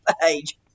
page